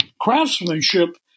craftsmanship